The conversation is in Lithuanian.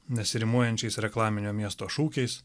nesirimuojančius reklaminio miesto šūkiais